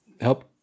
help